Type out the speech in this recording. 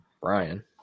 Brian